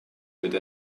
with